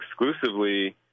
exclusively